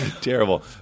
Terrible